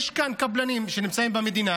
יש כאן קבלנים שנמצאים במדינה